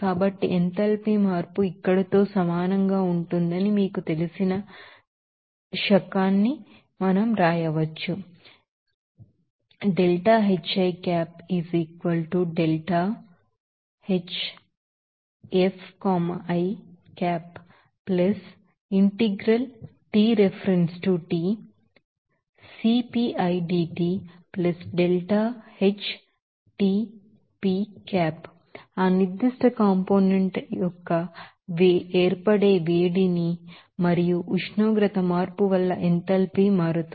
కాబట్టి ఎంథాల్పీ మార్పు ఇక్కడతో సమానంగా ఉంటుందని మీకు తెలిసిన శకాన్ని మనం వ్రాయవచ్చు ఆ నిర్ధిష్ట కాంపోనెంట్ యొక్క ఏర్పడే వేడిమి మరియు ఉష్ణోగ్రత మార్పు వల్ల ఎంథాల్పీ మారుతుంది